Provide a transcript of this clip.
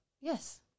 Yes